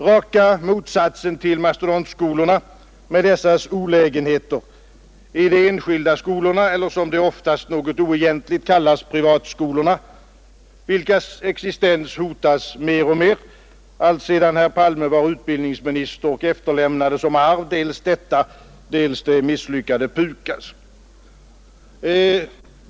Raka motsatsen till mastodontskolorna med dessas olägenheter är de enskilda skolorna eller, som de oftast något oegentligt kallas, privatskolorna, vilkas existens hotas mer och mer, alltsedan herr Palme var utbildningsminister och efterlämnade som arv dels detta, dels det misslyckade PUKAS.